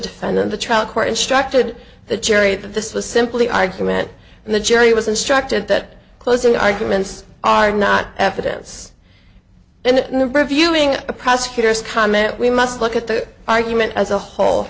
defendant the trial court instructed the jury that this was simply argument and the jury was instructed that closing arguments are not evidence and that number of viewing the prosecutor's comment we must look at the argument as a whole